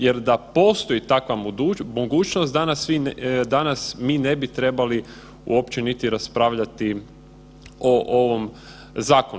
Jer, da postoji takva mogućnost, danas mi ne bi trebali uopće niti raspravljati o ovom zakonu.